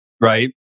right